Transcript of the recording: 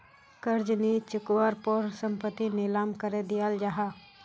कर्ज नि चुक्वार पोर संपत्ति नीलाम करे दियाल जाहा